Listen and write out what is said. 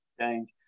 change